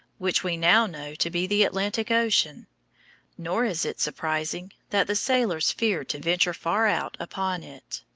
which we now know to be the atlantic ocean nor is it surprising that the sailors feared to venture far out upon it.